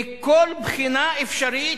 מכל בחינה אפשרית,